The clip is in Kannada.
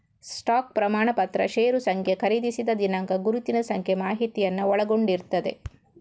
ಸ್ಟಾಕ್ ಪ್ರಮಾಣಪತ್ರ ಷೇರು ಸಂಖ್ಯೆ, ಖರೀದಿಸಿದ ದಿನಾಂಕ, ಗುರುತಿನ ಸಂಖ್ಯೆ ಮಾಹಿತಿಯನ್ನ ಒಳಗೊಂಡಿರ್ತದೆ